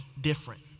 different